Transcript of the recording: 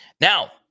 Now